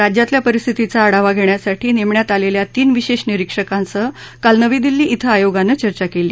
राज्यातल्या परिस्थितीचा आढावा घेण्यासाठी नेमण्यात आलेल्या तीन विशेष निरिक्षकांसह काल नवी दिल्ली िं आयोगान चर्चा केली